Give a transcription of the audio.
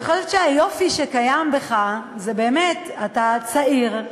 אבל אני חושבת שהיופי שקיים בך זה באמת אתה צעיר,